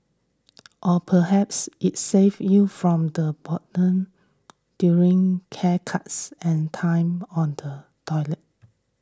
or perhaps it saved you from the proton during haircuts and time on the toilet